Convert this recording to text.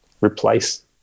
replace